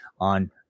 on